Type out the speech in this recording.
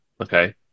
okay